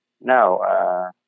No